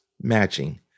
matching